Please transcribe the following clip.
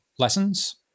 lessons